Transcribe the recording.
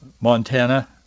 Montana